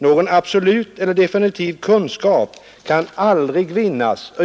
Någon absolut eller definitiv kunskap kan aldrig vinnas.